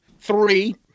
Three